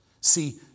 See